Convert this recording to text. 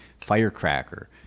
firecracker